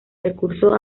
recurso